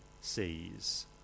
sees